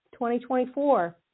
2024